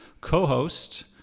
co-host